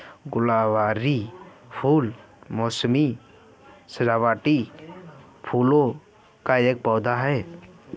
गुलदावरी फूल मोसमी सजावटी फूलों का एक पौधा है